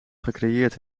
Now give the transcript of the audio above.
gecreëerd